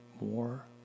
more